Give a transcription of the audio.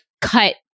cut